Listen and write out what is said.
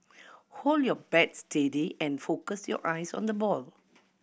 hold your bat steady and focus your eyes on the ball